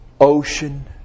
ocean